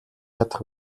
чадах